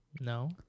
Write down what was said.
No